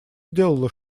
сделала